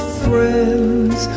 friends